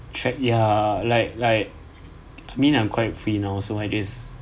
track ya like like me I'm quite free now so I guess